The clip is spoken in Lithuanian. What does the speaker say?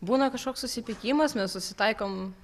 būna kažkoks susipykimas mes susitaikom